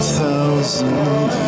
thousand